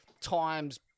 times